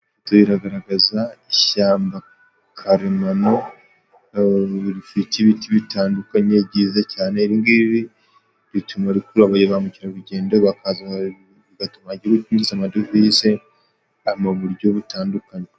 Ifoto iragaragaza ishyamba karemano rifite ibiti bitandukanye ryiza cyane, ibi ngibi bituma rikurura ba mukerarugendo bakinjiza amadovize mu buryo butandukanye.